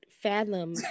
fathom